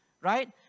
Right